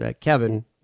Kevin